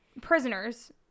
prisoners